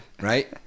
Right